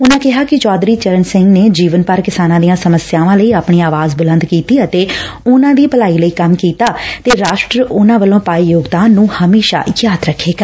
ਉਨੂਂ ਕਿਹਾ ਕਿ ਚੌਧਰੀ ਚਰਨ ਸਿੰਘ ਨੇ ਜੀਵਨ ਭਰ ਕਿਸਾਨਾਂ ਦੀਆਂ ਸਮੱਸਿਆਵਾਂ ਲਈ ਆਪਣੀ ਆਵਾਜ਼ ਬੁਲੰਦ ਕੀਤੀ ਅਤੇ ਉਨਾਂ ਦੀ ਭਲਾਈ ਲਈ ਕੰਮ ਕੀਤਾ ਰਾਸ਼ਟਰ ਉਨਾਂ ਵੱਲੋਂ ਪਾਏ ਯੋਗਦਾਨ ਨੂੰ ਹਮੇਸ਼ਾਂ ਯਾਦ ਰੱਖੇਗਾ